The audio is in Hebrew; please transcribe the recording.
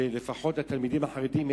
שלפחות התלמידים החרדים,